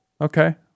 okay